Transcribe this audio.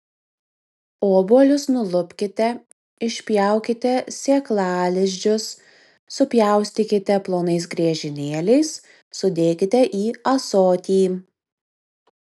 obuolius nulupkite išpjaukite sėklalizdžius supjaustykite plonais griežinėliais sudėkite į ąsotį